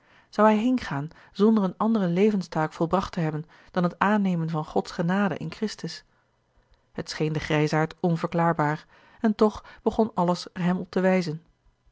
zou hij heengaan zonder eene andere levenstaak volbracht te hebben dan het aannemen van gods genade in christus het scheen den grijsaard onverklaarbaar en toch begon alles er hem op te wijzen